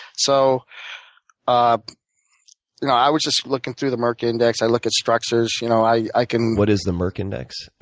so um you know i was just looking through the merck index. i look at structures. you know i can what is the merck index?